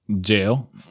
jail